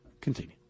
Continue